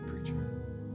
preacher